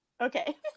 okay